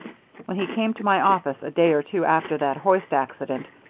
when he came to my office a day or two after that hoist accident,